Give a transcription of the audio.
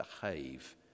behave